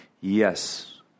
Yes